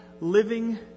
living